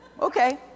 Okay